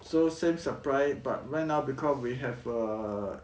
so same supply but right now because we have err